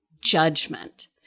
judgment